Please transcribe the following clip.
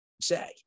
Say